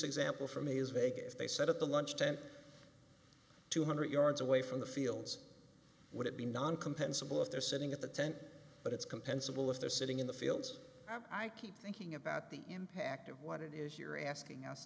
example for me is vague if they said at the lunch tent two hundred yards away from the fields would it be non compensable if they're sitting at the tent but it's compensable if they're sitting in the fields i keep thinking about the impact of what it is you're asking us